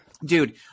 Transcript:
dude